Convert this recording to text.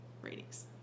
ratings